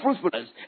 fruitfulness